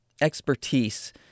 expertise